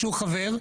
שהוא חבר,